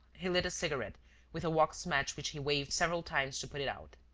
he lit a cigarette with a wax match which he waved several times to put it out.